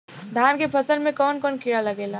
धान के फसल मे कवन कवन कीड़ा लागेला?